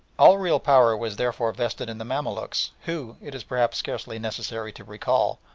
all real power was therefore vested in the mamaluks, who, it is perhaps scarcely necessary to recall,